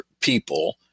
people